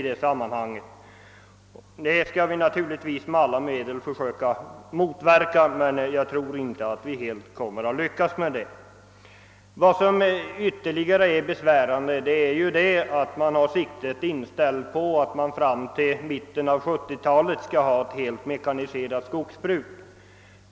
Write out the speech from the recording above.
Detta skall vi naturligtvis med alla medel söka motverka, men jag tror inte att vi kommer att lyckas helt. Vad som ytterligare verkar besvärande är att man har siktet inställt på att vid mitten av 1970-talet ha ett helt mekaniserat skogsbruk.